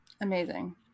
Amazing